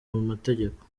mategeko